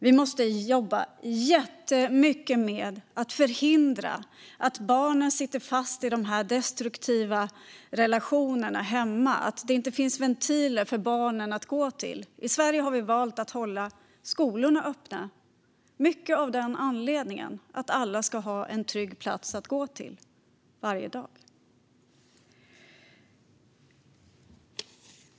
Vi måste jobba jättemycket med att förhindra att barnen sitter fast i dessa destruktiva relationer hemma, där det inte finns ventiler för barnen att gå till. Till stor del av den anledningen har vi i Sverige valt att hålla skolorna öppna. Alla ska ha en trygg plats att gå till varje dag.